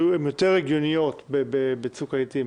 הן יותר הגיוניות בצוק העיתים